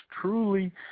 Truly